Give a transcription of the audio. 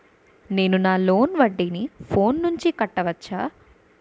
నేను నా లోన్ వడ్డీని ఫోన్ నుంచి కట్టవచ్చా?